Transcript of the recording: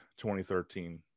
2013